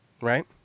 right